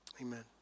amen